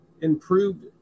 improved –